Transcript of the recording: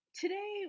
Today